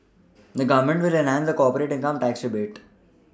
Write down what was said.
the Government will enhance the corporate income tax rebate